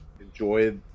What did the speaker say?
enjoy